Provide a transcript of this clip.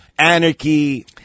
Anarchy